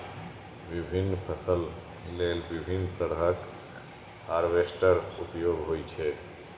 विभिन्न फसल लेल विभिन्न तरहक हार्वेस्टर उपयोग होइ छै